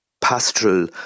pastoral